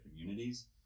communities